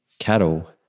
cattle